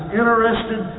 interested